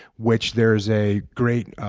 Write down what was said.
which there's a great,